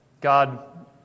God